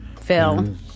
Phil